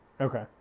Okay